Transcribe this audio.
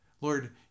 Lord